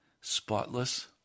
spotless